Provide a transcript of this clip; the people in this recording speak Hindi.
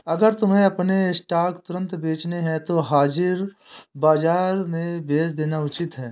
अगर तुम्हें अपने स्टॉक्स तुरंत बेचने हैं तो हाजिर बाजार में बेच देना उचित है